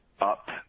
up